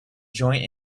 joint